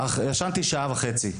ישנתי שעה וחצי.